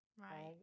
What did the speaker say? right